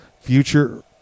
future